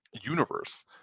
universe